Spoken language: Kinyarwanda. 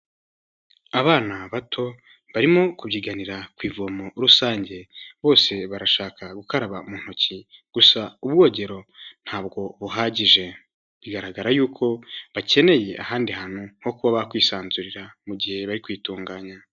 Abana bato barimo kubyiganira ku' ivomo rusange bose barashaka gukaraba mu ntoki, gusa ubwogero ntabwo buhagije, bigaragara yuko bakeneye ahandi hantu ho kuba kwisanzurira mu gihe bari kwitunganya.